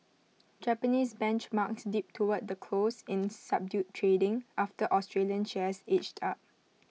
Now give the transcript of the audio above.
Japanese benchmarks dipped toward the close in subdued trading after Australian shares edged up